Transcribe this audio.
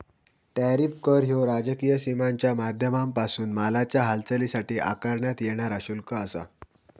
tariff कर ह्यो राजकीय सीमांच्या माध्यमांपासून मालाच्या हालचालीसाठी आकारण्यात येणारा शुल्क आसा